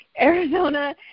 Arizona